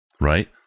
right